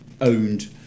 owned